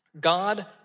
God